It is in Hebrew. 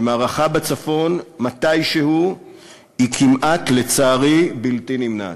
שמערכה בצפון מתישהו היא כמעט, לצערי, בלתי נמנעת.